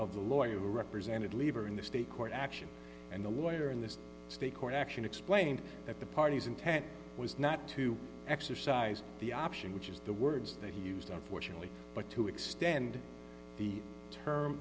of the lawyer who represented lever in the state court action and the lawyer in this state court action explained that the parties intent was not to exercise the option which is the words they used unfortunately but to extend the term